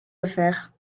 affaires